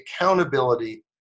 accountability